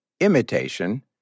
imitation